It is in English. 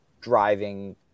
driving